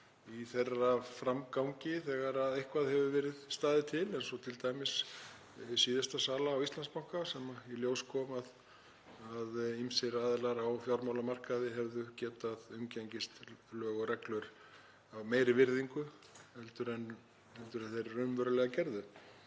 í þeirra framgangi þegar eitthvað hefur staðið til, eins og t.d. við síðustu sölu á Íslandsbanka þegar í ljós kom að ýmsir aðilar á fjármálamarkaði hefðu getað umgengist lög og reglur af meiri virðingu heldur en þeir raunverulega gerðu.